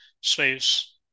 space